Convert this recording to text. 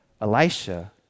Elisha